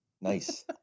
Nice